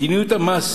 מדיניות המס